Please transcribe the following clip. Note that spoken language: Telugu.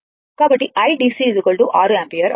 కాబట్టి iDC 6 యాంపియర్ అవుతుంది